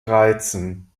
reizen